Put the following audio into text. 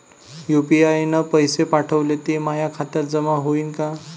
UPI न पैसे पाठवले, ते माया खात्यात जमा होईन का?